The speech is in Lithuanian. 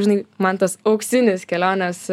žinai man tas auksinis kelionės